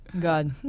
God